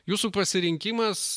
jūsų pasirinkimas